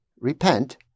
repent